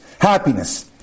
Happiness